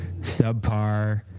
subpar